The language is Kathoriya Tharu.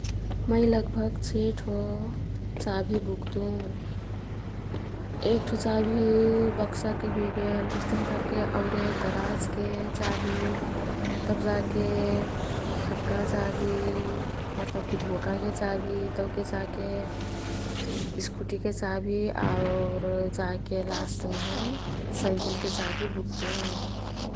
मै लगभग छे ठो चाभी बुक्तुँ । एक ठो चाभी बकसा के हुइगेल । उइस्तहिं करके अउरे दराजके चाभी तब जा के घरका चाभी मतलबकी ढोकाके चाभी । तउके जा के स्कुटरके चाभी आउर जा के लास्टमे साईकलके चाभी बुक्तुँ ।